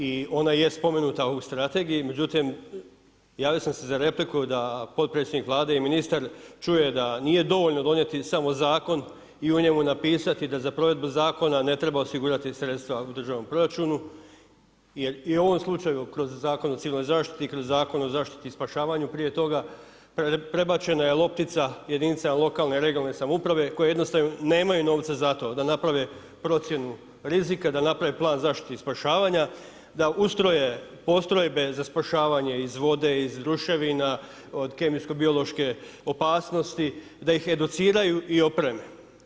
I ona je spomenuta u strategiji međutim, javio sam se za repliku da potpredsjednik Vlade i ministar čuje da nije dovoljno donijeti samo zakon i u njemu napisati da za provedbu zakona ne treba osigurati sredstva u državnom proračunu jer i u ovom slučaju kroz Zakon o civilnoj zaštiti i Zakon o zaštiti i spašavanju prije toga, prebačena je loptica, jedinica lokalne i regionalne samouprave koje jednostavno nemaju novca za to, da naprave procjenu rizika, da naprave plan zaštite i spašavanja, da ustroje postrojbe za spašavanje iz vode, iz ruševina, od kemijsko-biološke opasnosti, da ih educiraju i opreme.